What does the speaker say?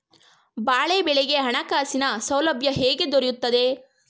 ಬಾಳೆ ಬೆಳೆಗೆ ಹಣಕಾಸಿನ ಸೌಲಭ್ಯ ಹೇಗೆ ದೊರೆಯುತ್ತದೆ?